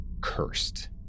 cursed